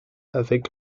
avec